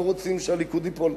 לא רוצים שהליכוד ייפול.